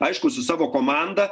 aišku su savo komanda